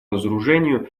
разоружению